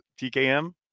TKM